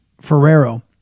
Ferrero